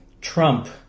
trump